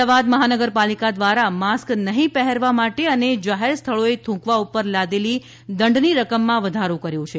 અમદાવાદ મહાનગર પાલિકા દ્વારા માસ્ક નહિ પહેરવા માટે અને જાહેર સ્થળો એ થૂંકવા ઉપર લાદેલી દંડની રકમમાં વધારો કર્યો છે